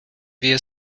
wir